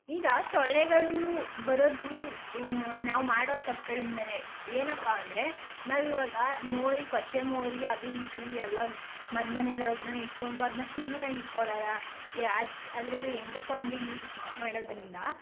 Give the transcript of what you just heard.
ಈಗ ಸೊಳ್ಳೆಗಳು ಬರೋದು ನಾವು ಮಾಡೋ ತಪ್ಪುಗಳಿಂದನೇ ಏನಪ್ಪ ಅಂದರೆ ನಾವು ಇವಾಗ ಮೋರಿ ಕೊಚ್ಚೆ ಮೋರಿ ಅದೂ ಇದೂ ಎಲ್ಲ ಮನೆ ಮನೆಗಳ ಹತ್ತಿರನೇ ಇಟ್ಟುಕೊಂಡು ಅದನ್ನ ಕ್ಲೀನಾಗಿ ಇಟ್ಕೊಳಲ್ಲ ಯಾ ಅದು ಅದರಲ್ಲಿ ಹೆಂಗೆ ಬೇಕೋ ಹಾಗೆ ಯೂಸ್ ಮಾಡೋದರಿಂದ